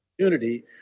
opportunity